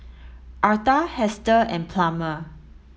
Arta Hester and Plummer